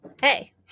Hey